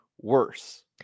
worse